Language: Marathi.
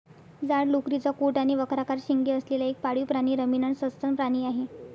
जाड लोकरीचा कोट आणि वक्राकार शिंगे असलेला एक पाळीव प्राणी रमिनंट सस्तन प्राणी आहे